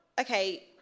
okay